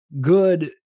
good